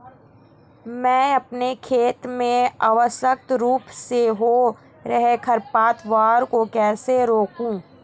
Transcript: मैं अपने खेत में अनावश्यक रूप से हो रहे खरपतवार को कैसे रोकूं?